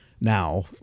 now